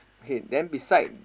okay then beside